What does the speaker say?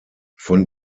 von